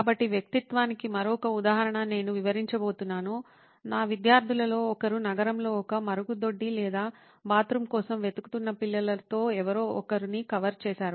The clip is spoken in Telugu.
కాబట్టి వ్యక్తిత్వానికి మరొక ఉదాహరణను నేను వివరించబోతున్నాను నా విద్యార్థులలో ఒకరు నగరంలో ఒక మరుగుదొడ్డి లేదా బాత్రూమ్ కోసం వెతుకుతున్న పిల్లలతో ఎవరో ఒకరిని కవర్ చేశారు